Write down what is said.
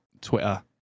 twitter